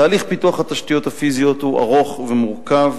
תהליך פיתוח התשתיות הפיזיות הוא ארוך ומורכב,